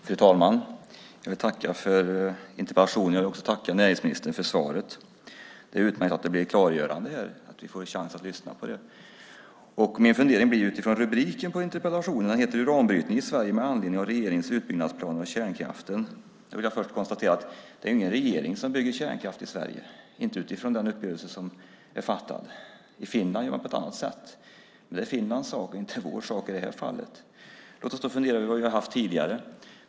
Fru talman! Jag vill tacka för interpellationen. Jag vill också tacka näringsministern för svaret. Det är utmärkt att det blir ett klargörande här och att vi får chansen att lyssna på det. Min fundering kommer sig av rubriken på interpellationen. Den heter Uranbrytning i Sverige med anledning av regeringens utbyggnadsplaner av kärnkraften . Då vill jag först konstatera att det inte är någon regering som bygger kärnkraft i Sverige. Inte utifrån den uppgörelse som är gjord. I Finland gör man på ett annat sätt, men det är Finlands sak - inte vår, i det här fallet. Låt oss då fundera över vad vi har haft tidigare.